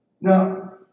Now